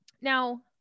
now